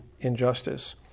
injustice